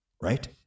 right